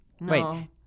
Wait